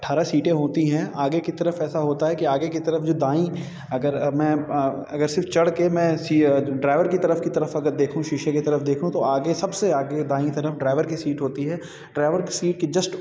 अठारह सीटें होती हैं आगे की तरफ ऐसा होता है कि आगे कि तरफ जो दायीं अगर मैं अगर सिर्फ चढ़ के मैं ड्राईवर की तरफ की तरफ अगर देखूँ सीसे की तरफ देखूँ तो आगे सबसे आगे दायीं तरफ ड्राईवर की सीट होती है ड्राईवर की सीट के जस्ट